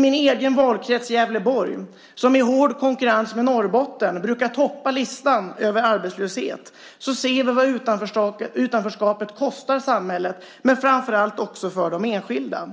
Min egen valkrets Gävleborg brukar i hård konkurrens med Norrbotten toppa listan över arbetslöshet. Där ser vi vad utanförskapet kostar samhället men framför allt de enskilda.